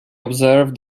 observed